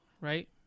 right